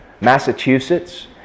Massachusetts